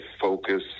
focus